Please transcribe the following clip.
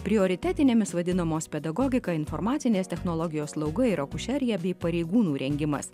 prioritetinėmis vadinamos pedagogika informacinės technologijos slauga ir akušerija bei pareigūnų rengimas